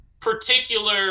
particular